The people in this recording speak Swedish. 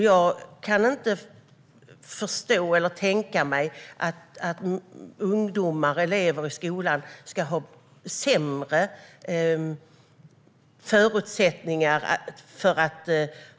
Jag kan inte tänka mig att elever i skolan ska ha sämre förutsättningar.